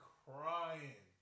crying